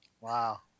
Wow